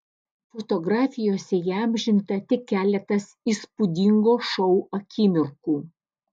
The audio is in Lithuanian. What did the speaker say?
fotografijose įamžinta tik keletas įspūdingo šou akimirkų